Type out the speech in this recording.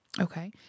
Okay